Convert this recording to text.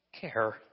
care